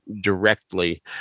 directly